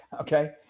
Okay